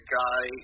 guy